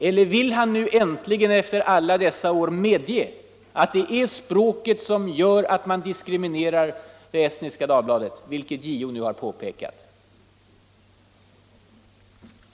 Eller vill han nu äntligen, efter alla dessa år, medge att det är språket som gör att man diskriminerar Estniska Dagbladet, vilket JO har påpekat?